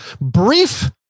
brief